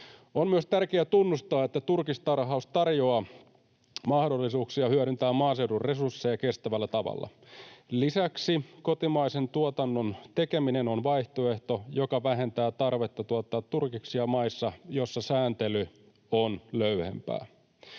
On myös tärkeä tunnustaa, että turkistarhaus tarjoaa mahdollisuuksia hyödyntää maaseudun resursseja kestävällä tavalla. Lisäksi kotimaisen tuotannon tekeminen on vaihtoehto, joka vähentää tarvetta tuottaa turkiksia maissa, joissa sääntely on löyhempää.